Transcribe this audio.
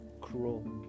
cruel